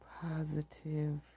positive